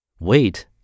wait